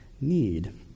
need